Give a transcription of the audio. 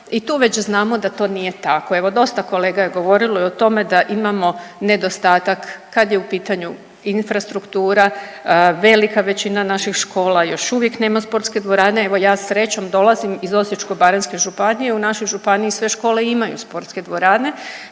i tu već znamo da to nije tako. Evo, dosta kolega je govorilo o tome da imamo nedostatak kad je u pitanju infrastruktura, velika većina naših škola još uvijek nema sportske dvorane. Evo ja srećom dolazim iz Osječko-baranjske županije u našoj županiji sve škole imaju sportske dvorane,